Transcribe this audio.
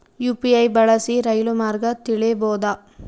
UPI ಬಳಸಿ ರೈಲು ಮಾರ್ಗ ತಿಳೇಬೋದ?